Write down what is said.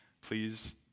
Please